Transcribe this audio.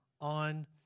on